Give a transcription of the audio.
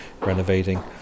renovating